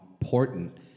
important